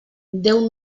déu